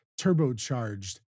turbocharged